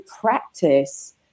practice